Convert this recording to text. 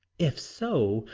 if so,